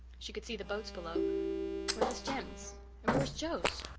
she could see the boats below where was jem's and where was joe's?